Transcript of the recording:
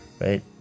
right